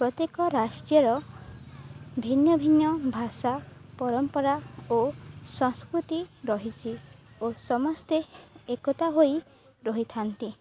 ପ୍ରତ୍ୟେକ ରାଷ୍ଟ୍ରର ଭିନ୍ନ ଭିନ୍ନ ଭାଷା ପରମ୍ପରା ଓ ସଂସ୍କୃତି ରହିଚି ଓ ସମସ୍ତେ ଏକତା ହୋଇ ରହିଥାନ୍ତି